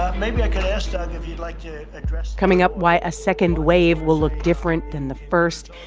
maybe i could ask, doug, if you'd like to address. coming up why a second wave will look different than the first.